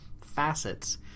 facets